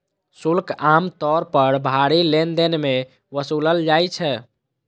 शुल्क आम तौर पर भारी लेनदेन मे वसूलल जाइ छै